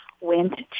went